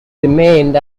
remained